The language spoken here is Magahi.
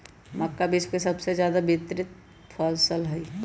मक्का विश्व के सबसे ज्यादा वितरित फसल हई